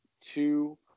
two